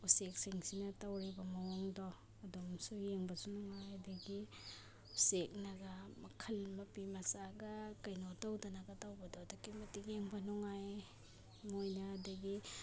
ꯎꯆꯦꯛꯁꯤꯡꯁꯤꯅ ꯇꯧꯔꯤꯕ ꯃꯑꯣꯡꯗꯣ ꯑꯗꯨꯝꯁꯨ ꯌꯦꯡꯕꯁꯨ ꯅꯨꯡꯉꯥꯏ ꯑꯗꯒꯤ ꯎꯆꯦꯛꯅꯒ ꯃꯈꯜ ꯃꯄꯤ ꯃꯆꯥꯒ ꯀꯩꯅꯣ ꯇꯧꯗꯅꯒ ꯇꯧꯕꯗꯣ ꯑꯗꯨꯛꯀꯤ ꯃꯇꯤꯛ ꯌꯦꯡꯕ ꯅꯨꯡꯉꯥꯏꯌꯦ ꯃꯣꯏꯅ ꯑꯗꯒꯤ